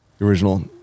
original